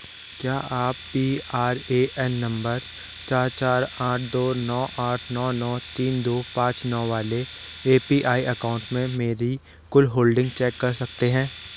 क्या आप P R A N नंबर चार चार आठ दो नौ आठ नौ नौ तीन दो पाँच नौ वाले ए पी आई अकाउंट में मेरी कुल होल्डिंग चेक कर सकते हैं